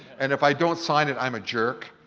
and if i don't sign it, i'm a jerk.